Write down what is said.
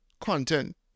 content